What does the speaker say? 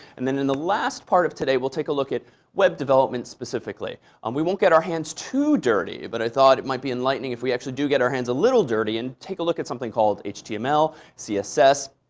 and then in the last part of today, we'll take a look at web development specifically. and we won't get our hands too dirty, but i thought it might be enlightening if we actually do get our hands a little dirty, and take a look at something called html, css,